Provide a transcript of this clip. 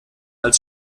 als